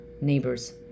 neighbors